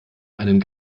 einen